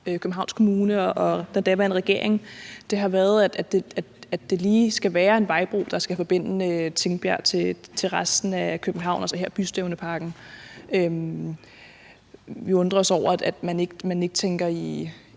Københavns Kommune og den daværende regering, er, at det lige skal være en vejbro, der skal forbinde Tingbjerg til resten af København, her Bystævneparken. Vi undrer os over, at man ikke tænker i